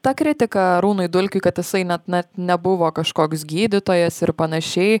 ta kritika arūnui dulkiui kad jisai net na nebuvo kažkoks gydytojas ir panašiai